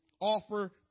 offer